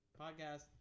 Podcast